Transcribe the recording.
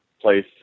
place